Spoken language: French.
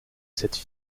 cette